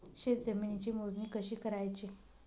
शेत जमिनीची मोजणी कशी करायची?